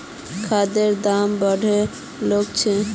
खादेर दाम बढ़े गेल छे